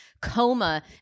coma